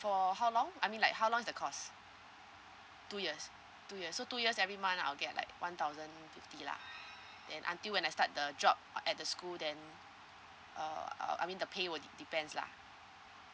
for how long I mean like how long is the course two years two years so two years every month I'll get like one thousand fifty lah then until when I start the job uh at the school then uh uh I mean the pay will de~ depends lah